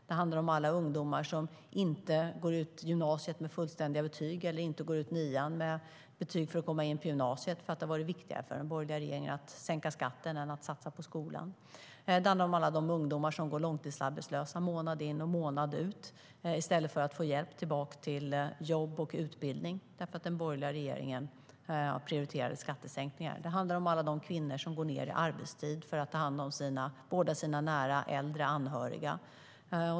Det handlar om alla ungdomar som inte går ut gymnasiet med fullständiga betyg eller inte går ut nian med betyg för att komma in på gymnasiet. Det har varit viktigare för den borgerliga regeringen att sänka skatten än att satsa på skolan. Det handlar om alla de ungdomar som går långtidsarbetslösa månad in och månad ut i stället för att få hjälp tillbaka till jobb och utbildning. Den borgerliga regeringen prioriterade nämligen skattesänkningar. Det handlar om alla de kvinnor som går ned i arbetstid för att ta hand som sina nära äldre anhöriga.